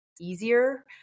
easier